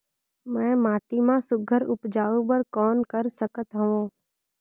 मैं माटी मा सुघ्घर उपजाऊ बर कौन कर सकत हवो?